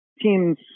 teams